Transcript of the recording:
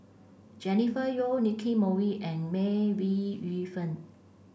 Jennifer Yeo Nicky Moey and May Wee Yu Fen